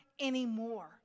anymore